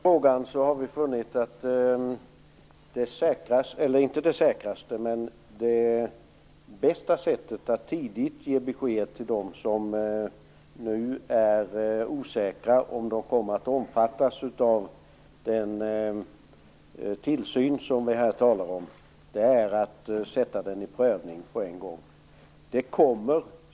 Herr talman! Beträffande den första frågan har vi funnit att det bästa sättet att tidigt kunna ge besked till dem som nu är osäkra på om de kommer att omfattas av den tillsyn som vi här talar om är att sätta den i prövning på en gång.